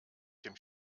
dem